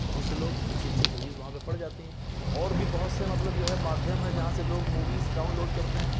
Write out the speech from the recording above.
بہت سے لوگ اچھی اچھی موویز وہاں پہ پڑ جاتی ہیں اور بھی بہت سے مطلب جو ہے مادھیم ہیں جہاں سے لوگ موویز ڈاؤن لوڈ کرتے ہیں